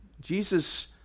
Jesus